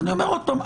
ואני אומר עוד פעם,